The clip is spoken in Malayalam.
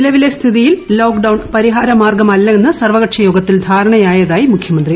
നിലവിലെ സ്ഥിതിയിൽ ലോക്ക്ഡൌൺ പരിഹാരമാർഗം അല്ലെന്ന് സർവകക്ഷി യോഗത്തിൽ ധാരണയായതായി മുഖ്യമന്ത്രി